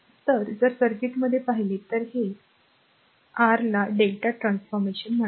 तर जर सर्किट मध्ये पाहिले तर ते r ला Δ ट्रान्सफॉर्मेशन म्हणतात